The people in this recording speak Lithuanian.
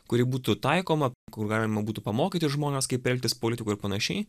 kuri būtų taikoma kur galima būtų pamokyti žmones kaip elgtis politikui ir panašiai